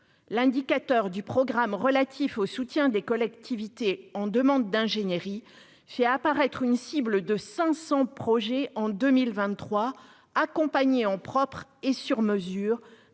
l'indicateur du programme relatif au soutien des collectivités en demande d'ingénierie fait apparaître une cible de 500 projets en 2023 accompagné en propre et sur mesure